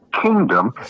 kingdom